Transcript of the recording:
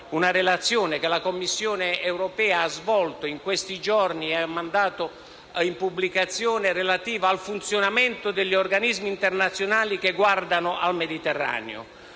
la relazione che la Commissione europea ha svolto in questi giorni e che è in pubblicazione, relativa al funzionamento degli organismi internazionali che guardano al Mediterraneo,